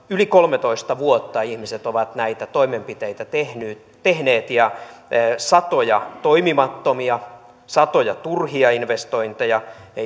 yli kolmetoista vuotta ihmiset ovat näitä toimenpiteitä tehneet tehneet ja satoja toimimattomia satoja turhia investointeja ja